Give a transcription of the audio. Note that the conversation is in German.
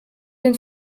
den